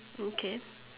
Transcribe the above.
okay